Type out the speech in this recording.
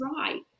right